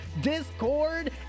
Discord